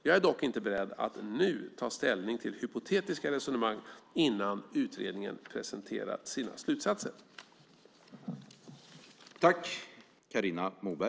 Jag är dock inte beredd att nu ta ställning till hypotetiska resonemang innan utredningen presenterat sina slutsatser.